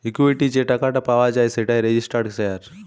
equity যে টাকাটা পাওয়া যায় সেটাই রেজিস্টার্ড শেয়ার